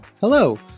Hello